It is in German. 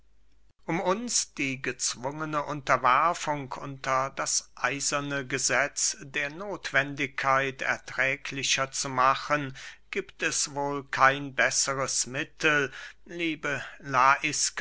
um uns die gezwungene unterwerfung unter das eiserne gesetz der nothwendigkeit erträglicher zu machen giebt es wohl kein besseres mittel liebe